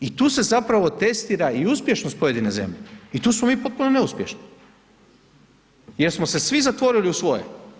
I tu se zapravo testira i uspješnost pojedine z3emlje i tu smo mi potpuno neuspješni, jer smo se svi zatvorili u svoje.